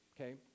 Okay